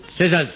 Scissors